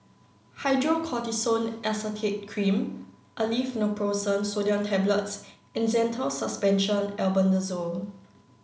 Hydrocortisone Acetate Cream Aleve Naproxen Sodium Tablets and Zental Suspension Albendazole